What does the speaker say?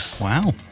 Wow